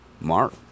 Mark